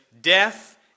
Death